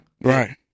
Right